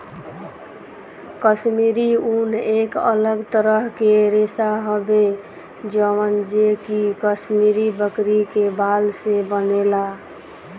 काश्मीरी ऊन एक अलग तरह के रेशा हवे जवन जे कि काश्मीरी बकरी के बाल से बनेला